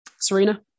Serena